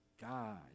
God